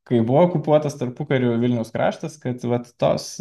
kai buvo okupuotas tarpukariu vilniaus kraštas kad vat tos